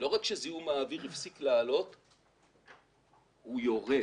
לא רק שזיהום האוויר הפסיק לעלות אלא הוא יורד.